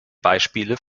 beispiele